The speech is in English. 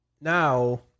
now